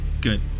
good